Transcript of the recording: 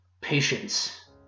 patience